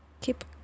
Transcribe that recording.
Keep